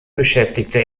beschäftigte